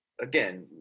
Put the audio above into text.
again